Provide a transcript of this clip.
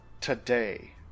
today